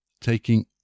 Taking